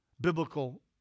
biblical